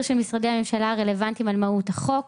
של משרדי הממשלה הרלוונטיים על מהות החוק.